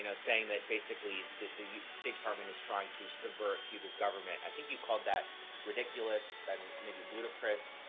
you know saying that basically that the state department is trying to subvert cuba's government. i think you called that ridiculous and maybe ludicrous,